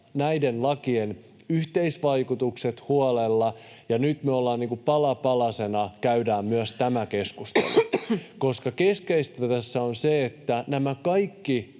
näiden lakien yhteisvaikutukset huolella, niin nyt me pala palasena käydään myös tämä keskustelu. Keskeistä tässä on se, että nämä kaikki